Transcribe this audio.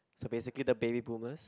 so basically the baby boomers